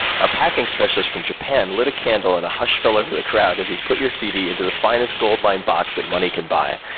our packing specialist from japan lit a candle, and a hush fell over the crowd, as he put your cd in the finest, gold-lined box that money can buy.